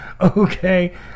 okay